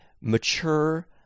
mature